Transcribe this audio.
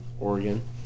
Oregon